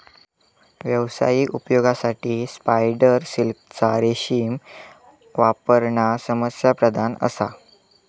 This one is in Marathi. व्यावसायिक उपयोगासाठी स्पायडर सिल्कचा रेशीम वापरणा समस्याप्रधान असा